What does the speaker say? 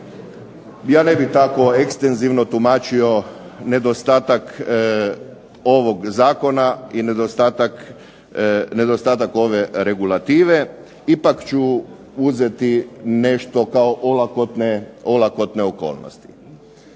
Ja ne bih tako ekstenzivno tumačio nedostatak ovog zakona, i nedostatak ove regulative, ipak ću uzeti nešto kao olakotne okolnosti.